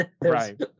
Right